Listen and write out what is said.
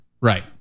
Right